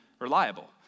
reliable